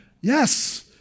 Yes